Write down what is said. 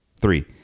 Three